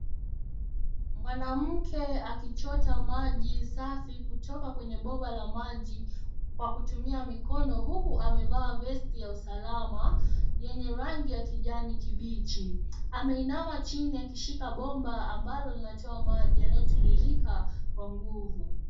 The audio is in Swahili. Mwanamke akichota maji safi kutoka kwenye bomba la maji, kwa kutumia mikono, huku amevaa vesti ya usalama, yenye rangi ya kijani kibichi. Ameinama chini akishika bomba ambalo linatoa maji yanayotiririka kwa nguvu.